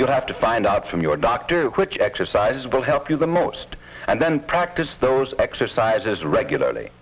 you'll have to find out from your doctor which exercise will help you the most and then practice those exercises regularly